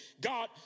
God